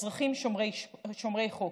אזרחים שומרי חוק,